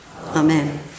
Amen